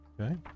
okay